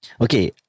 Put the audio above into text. Okay